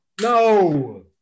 No